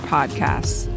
Podcasts